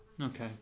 Okay